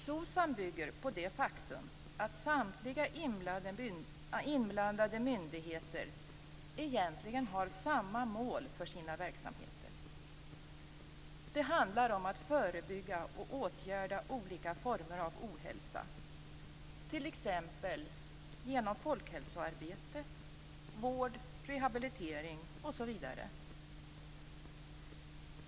SOCSAM bygger på det faktum att samtliga inblandade myndigheter egentligen har samma mål för sina verksamheter. Det handlar om att förebygga och åtgärda olika former av ohälsa, t.ex. genom folkhälsoarbete, vård, rehabilitering osv.